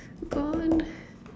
gone